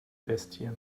bestie